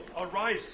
arise